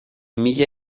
mila